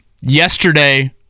Yesterday